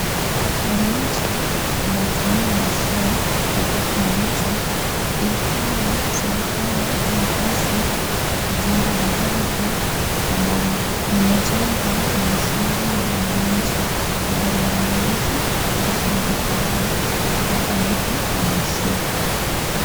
wananchi wanatumia mashua kuvuka mto ilhali, serikali inapaswa kujenga daraja ambayo inajengwa na ushuru ya wananchi. Badala ya wananchi huhatarisha maisha yao kuvuka mto na mashua.